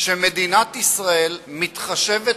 שמדינת ישראל מתחשבת